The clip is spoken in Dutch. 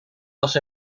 was